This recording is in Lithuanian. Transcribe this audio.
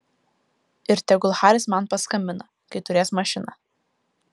ir tegul haris man paskambina kai turės mašiną